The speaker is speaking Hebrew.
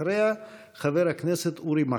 אחריה, חבר הכנסת אורי מקלב.